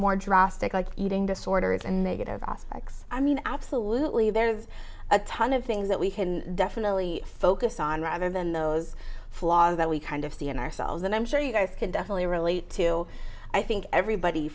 more drastic like eating disorders and negative aspects i mean absolutely there is a ton of things that we can definitely focus on rather than those flaws that we kind of c n r selves and i'm sure you guys can definitely relate to i think everybody